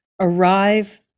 arrive